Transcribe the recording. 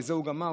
בזה הוא גמר,